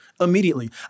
Immediately